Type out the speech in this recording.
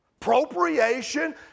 Propriation